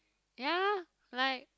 ya like